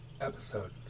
episode